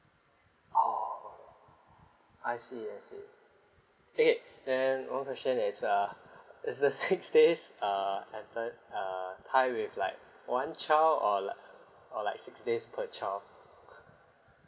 orh I see I see okay then one question is uh is the six days uh at the uh tie with like one child or like or like six days per child